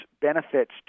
benefits